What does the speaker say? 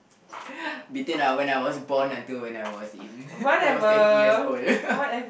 between I when I was born until when I was in when I was twenty years old